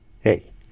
Hey